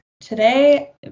today